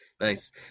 Nice